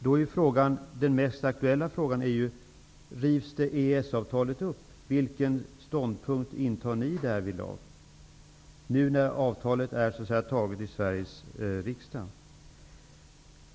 Då är den mest aktuella frågan: Vilken ståndpunkt intar ni om EES-avtalet rivs upp, nu när avtalet är antaget i Sveriges riksdag?